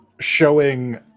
showing